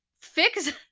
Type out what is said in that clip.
fix